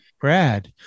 Brad